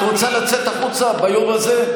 את רוצה לצאת החוצה ביום הזה?